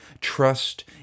trust